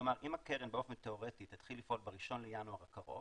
כלומר אם הקרן באופן תיאורטי תתחיל לפעול ב-1 בינואר הקרוב,